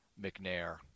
McNair